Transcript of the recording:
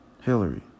Hillary